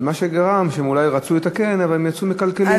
מה שגרם, הם אולי רצו לתקן, אבל הם יצאו מקלקלים.